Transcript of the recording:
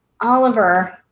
Oliver